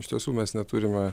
iš tiesų mes neturime